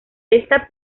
esta